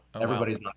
everybody's